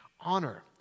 honor